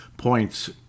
points